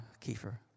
Kiefer